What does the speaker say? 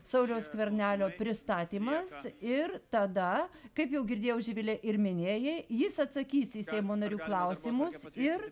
sauliaus skvernelio pristatymas ir tada kaip jau girdėjau živile ir minėjai jis atsakys į seimo narių klausimus ir